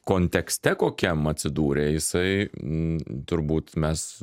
kontekste kokiam atsidūrė jisai n turbūt mes